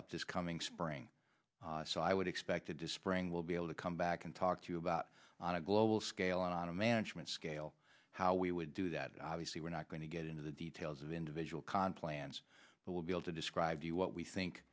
up this coming spring so i would expect it to spring we'll be able to come back and talk to you about on a global scale on a management scale how we would do that obviously we're not going to get into the details of individual conclave lands we'll be able to describe to you what we think